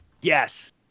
Yes